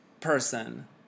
person